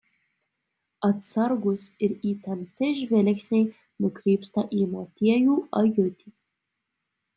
atsargūs ir įtempti žvilgsniai nukrypsta į motiejų ajutį